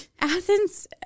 Athens